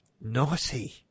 Naughty